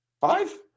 Five